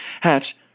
Hatch